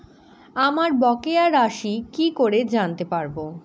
আমার বকেয়া রাশি কি করে জানতে পারবো?